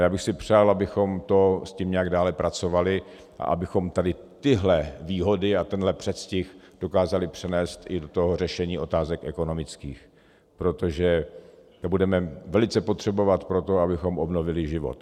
Já bych si přál, abychom s tím nějak dále pracovali a abychom tyhle výhody a tenhle předstih dokázali přenést i do řešení otázek ekonomických, protože to budeme velice potřebovat pro to, abychom obnovili život.